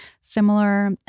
similar